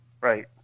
Right